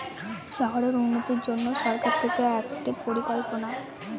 শহরের উন্নতির জন্য সরকার থেকে একটি পরিকল্পনা